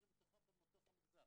טלב אבו עראר, על היוזמה של היום הזה.